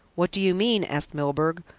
what do you mean? asked milburgh,